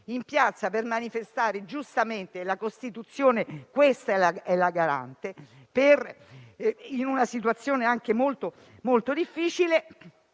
in piazza per manifestare - la Costituzione ne è garante - in una situazione anche molto difficile